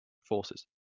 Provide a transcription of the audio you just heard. forces